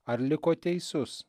ar liko teisus